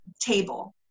table